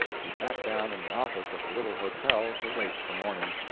he sat down in the office of a little hotel to wait for morning,